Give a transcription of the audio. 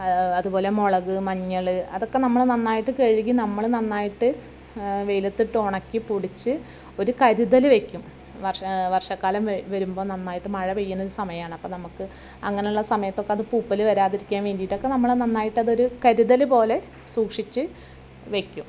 അതുപോലെ മുളക് മഞ്ഞൾ അതൊക്കെ നമ്മൾ നന്നായിട്ട് കഴുകി നമ്മൾ നന്നായിട്ട് വെയിലത്തിട്ട് ഉണക്കി പൊടിച്ച് ഒരു കരുതൽ വയ്ക്കും വർഷക്കാലം വരുമ്പോൾ നന്നായിട്ട് മഴ പെയ്യുന്ന സമയമാണ് അപ്പോൾ നമുക്ക് അങ്ങനെയുള്ള സമയത്തൊക്കെ അത് പൂപ്പൽ വരാതിരിക്കാൻ വേണ്ടിയിട്ടൊക്കെ നമ്മൾ നന്നായിട്ട് അതൊരു കരുതൽ പോലെ സൂക്ഷിച്ച് വയ്ക്കും